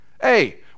hey